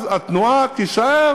אז התנועה תישאר